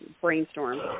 brainstorm